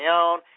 own